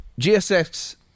GSX